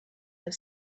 have